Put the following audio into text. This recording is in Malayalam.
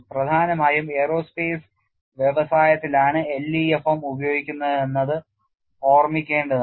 പ്രധാനമായും എയ്റോസ്പേസ് വ്യവസായത്തിലാണ് LEFM പ്രയോഗിക്കുന്നത് എന്നത് ഓർമിക്കേണ്ടതാണ്